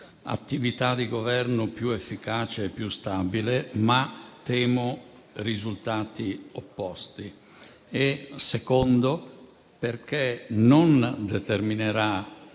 attività di governo più efficace e più stabile - ma temo risultati opposti. La seconda: non determinerà